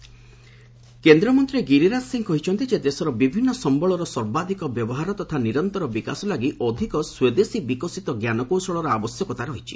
ଗିରିରାଜ୍ କେନ୍ଦ୍ରମନ୍ତ୍ରୀ ଗିରିରାଜ ସିଂ କହିଛନ୍ତି ଯେ ଦେଶର ବିଭିନ୍ନ ସମ୍ଘଳର ସର୍ବାଧିକ ବ୍ୟବହାର ତଥା ନିରନ୍ତର ବିକାଶ ଲାଗି ଅଧିକ ସ୍ୱଦେଶୀ ବିକଶିତ ଞ୍ଜାନକୌଶଳର ଆବଶ୍ୟକତା ରହିଛି